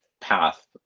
path